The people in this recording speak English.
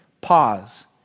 pause